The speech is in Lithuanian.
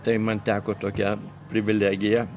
tai man teko tokia privilegija